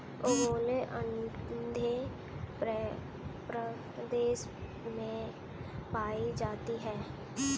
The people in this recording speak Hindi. ओंगोले आंध्र प्रदेश में पाई जाती है